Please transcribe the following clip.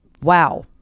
wow